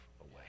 away